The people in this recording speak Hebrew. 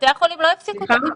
בתי החולים לא הפסיקו את הטיפול.